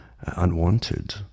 Unwanted